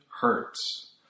hurts